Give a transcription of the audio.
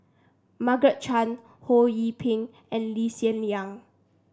Mmargaret Chan Ho Yee Ping and Lee Hsien Yang